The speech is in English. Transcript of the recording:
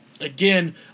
Again